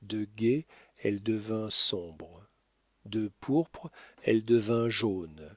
de gaie elle devint sombre de pourpre elle devint jaune